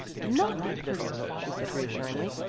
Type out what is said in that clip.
not a person, she said reassuringly,